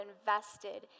invested